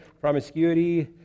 promiscuity